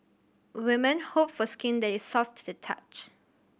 women hope for skin that is soft to the touch